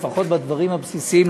לפחות בדברים הבסיסיים,